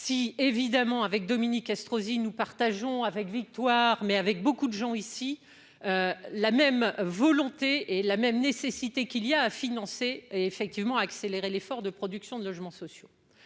Si évidemment avec Dominique Estrosi nous partageons avec victoire mais avec beaucoup de gens ici la même volonté et la même nécessité qu'il y a à financer effectivement accélérer l'effort de production de logements sociaux,